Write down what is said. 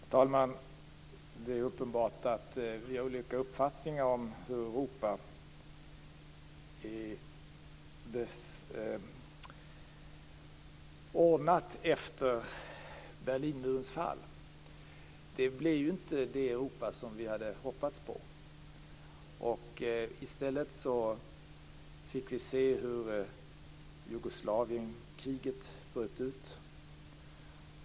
Herr talman! Det är uppenbart att vi har olika uppfattningar om hur Europa är ordnat efter Berlinmurens fall. Det blev ju inte det Europa som vi hade hoppats på. I stället fick vi se hur Jugoslavienkriget bröt ut.